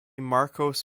marcos